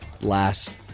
last